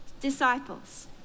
disciples